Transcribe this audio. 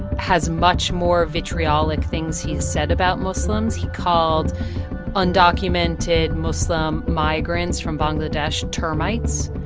has much more vitriolic things he has said about muslims. he called undocumented muslim migrants from bangladesh termites.